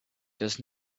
does